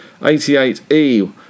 88E